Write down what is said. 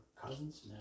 Cousins